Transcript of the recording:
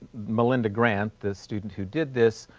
melinda grant, the student who did this,